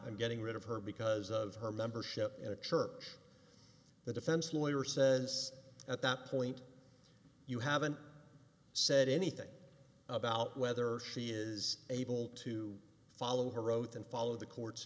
i'm getting rid of her because of her membership in a church the defense lawyer says at that point you haven't said anything about whether she is able to follow her oath and follow the court